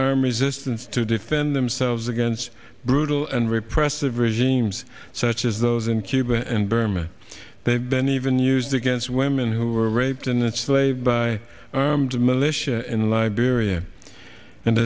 arm resistance to defend themselves against brutal and repressive regimes such as those in cuba and burma they have been even used against women who were raped and slave by armed militia in liberia and